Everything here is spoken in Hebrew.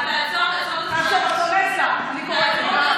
היא קוראת לה.